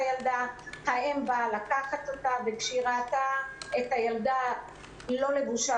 האם באה לקחת אותה וכשהיא ראתה את הילדה לא לבושה